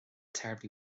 terribly